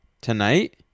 Tonight